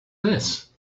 this